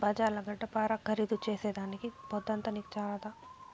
బజార్ల గడ్డపార ఖరీదు చేసేదానికి పొద్దంతా నీకు చాలదా